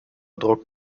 druck